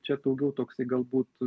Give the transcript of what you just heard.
čia daugiau toksai galbūt